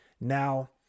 Now